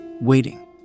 Waiting